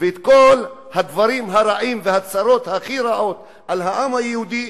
ואת כל הדברים הרעים והצרות הכי רעות על העם היהודי,